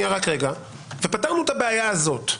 ופתרנו את הבעיה הזאת?